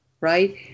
right